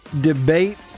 debate